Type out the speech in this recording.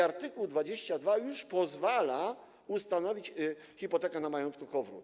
Art. 22 już pozwala ustanowić hipotekę na majątku KOWR-u.